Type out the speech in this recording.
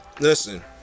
listen